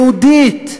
יהודית,